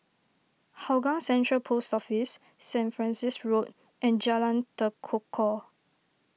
Hougang Central Post Office Saint Francis Road and Jalan Tekukor